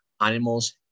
animals